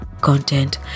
content